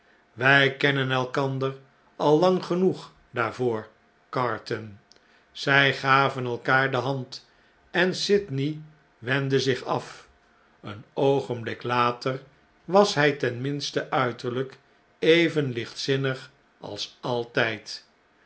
wij kennen elkander al lang genoeg daarvoor carton zij gaven elkaar de hand en sydney wendde zich af een oogenblik later was hij ten minste uiterlijk even hchtzinnig als altijd